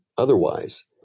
otherwise